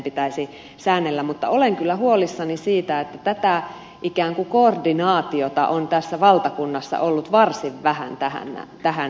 pitäisi säännellä mutta olen kyllä huolissani siitä että tätä ikään kuin koordinaatiota on tässä valtakunnassa ollut varsin vähän tähän mennessä